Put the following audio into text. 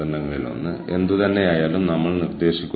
നയങ്ങൾ നീതിയുക്തമാക്കാൻ നിങ്ങൾക്ക് പരമാവധി ശ്രമിക്കാം